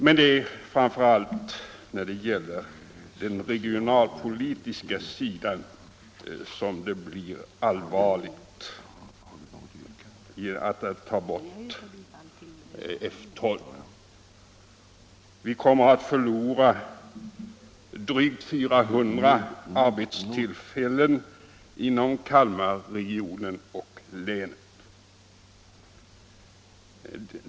Men det är framför allt de regionalpolitiska konsekvenserna av en nedläggning av F 12 som blir allvarliga. Vi kommer att förlora drygt 400 arbetstillfällen inom Kalmarregionen och länet.